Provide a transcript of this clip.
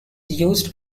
used